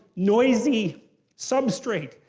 noisy substrate.